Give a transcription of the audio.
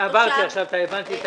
אוקי, הבנתי עכשיו את הימים.